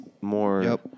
more